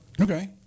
Okay